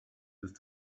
with